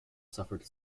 suffered